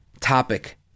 topic